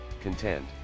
Content